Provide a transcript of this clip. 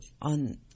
on